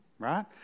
right